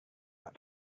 pak